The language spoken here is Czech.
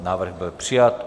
Návrh byl přijat.